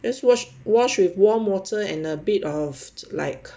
just wash with warm water and a bit of like